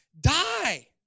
die